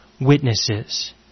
witnesses